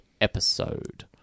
episode